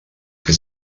que